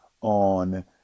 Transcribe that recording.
on